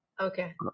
Okay